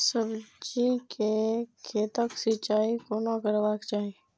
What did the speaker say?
सब्जी के खेतक सिंचाई कोना करबाक चाहि?